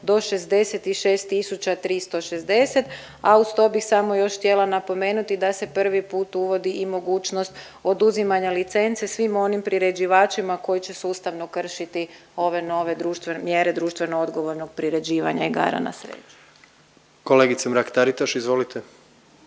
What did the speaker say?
do 66 360, a uz to bih samo još htjela napomenuti da se prvi put uvodi i mogućnost oduzimanja licence svim onim priređivačima koji će sustavno kršiti ove nove .../nerazumljivo/... mjere društvo odgovornog priređivanja igara na sreću. **Jandroković, Gordan